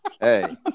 Hey